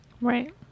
right